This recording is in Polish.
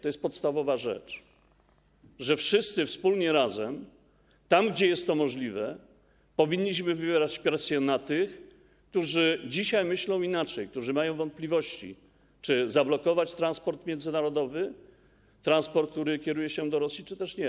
To jest podstawowa rzecz, że wszyscy wspólnie, razem, tam, gdzie jest to możliwe, powinniśmy wywierać presję na tych, którzy dzisiaj myślą inaczej, którzy mają wątpliwości, czy zablokować transport międzynarodowy, który kieruje się do Rosji, czy też nie.